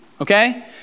okay